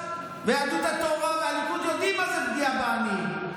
יהדות התורה והליכוד יודעים מה זה פגיעה בעניים.